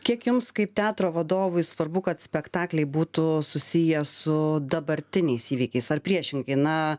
kiek jums kaip teatro vadovui svarbu kad spektakliai būtų susiję su dabartiniais įvykiais ar priešingai na